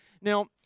Now